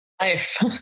life